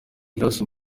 grace